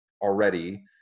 already